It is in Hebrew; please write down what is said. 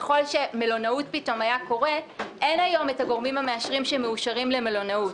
במלונאות אין היום את הגורמים המאשרים שמאושרים למלונאות.